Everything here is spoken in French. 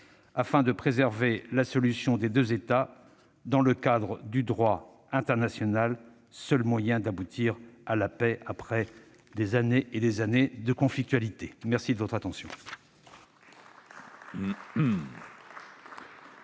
afin de préserver la solution des deux États dans le cadre du droit international, seul moyen d'aboutir à la paix après des années et des années de conflictualité. Nous en avons terminé